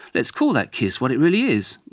let's call that kiss what it really is,